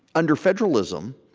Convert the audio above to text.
under federalism,